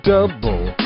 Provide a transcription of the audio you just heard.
Double